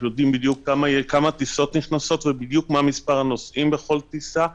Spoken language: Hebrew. יודעים בדיוק כמה טיסות נכנסות ומה בדיוק מספר הנוסעים בכל טיסה.